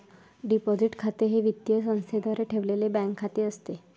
deposit खाते हे वित्तीय संस्थेद्वारे ठेवलेले बँक खाते असते